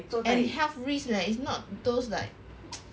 and health risk leh is not those like